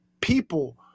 people